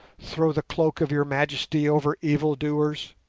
throw the cloak of your majesty over evildoers?